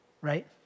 right